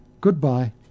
Goodbye